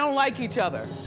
um like each other.